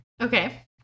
Okay